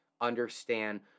understand